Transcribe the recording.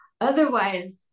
otherwise